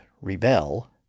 REBEL